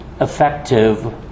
effective